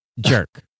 jerk